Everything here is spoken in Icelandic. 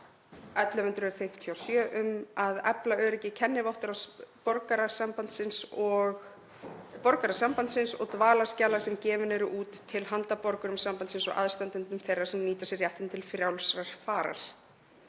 2019/1157 um að efla öryggi kennivottorða borgara Sambandsins og dvalarskjala sem gefin eru út til handa borgurum Sambandsins og aðstandendum þeirra sem nýta sér réttinn til frjálsrar farar.